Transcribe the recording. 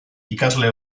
ikasle